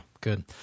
good